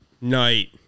night